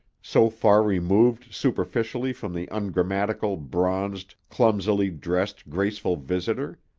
so far removed superficially from the ungrammatical, bronzed, clumsily dressed, graceful visitor.